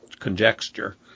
conjecture